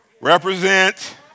represent